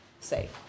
safe